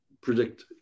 predict